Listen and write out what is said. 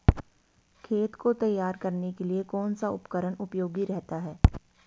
खेत को तैयार करने के लिए कौन सा उपकरण उपयोगी रहता है?